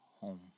home